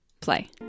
play